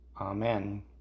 Amen